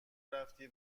رفتی